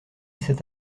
cet